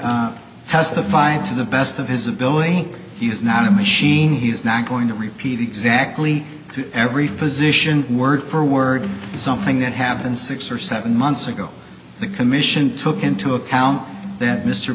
bustani testified to the best of his ability think he is not a machine he is not going to repeat exactly every physician word for word something that happened six or seven months ago the commission took into account that mr